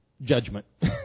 judgment